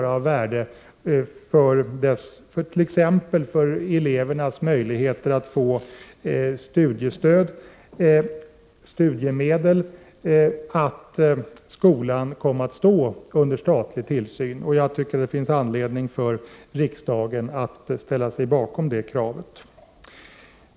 Att denna skola kom att stå under statlig tillsyn skulle vara av stor betydelse bl.a. för elevernas möjligheter att få studiemedel. Det finns anledning för riksdagen att ställa sig bakom detta krav.